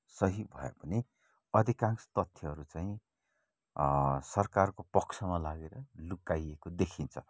सही भए पनि अधिकांश तथ्यहरू चाहिँ सरकारको पक्षमा लागेर लुकाइएको देखिन्छ